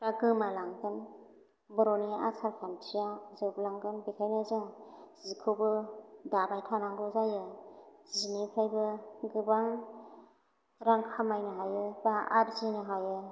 फ्रा गोमालांगोन बर'नि आसारखान्थिया जोबलांगोन बेखायनो जों जिखौबो दाबाय थानांगौ जायो जिनिफ्रायबो गोबां रां खामायनो हायो बा आरजिनो हायो